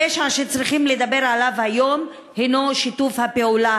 הפשע שצריכים לדבר עליו היום הנו שיתוף הפעולה